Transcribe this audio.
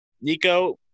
nico